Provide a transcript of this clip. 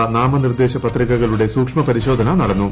ഹരിയാന നാമനിർദ്ദേശ പത്രികകളുടെ സൂക്ഷ്മ പ്രിശോധന നടന്നു